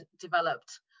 developed